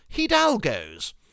hidalgo's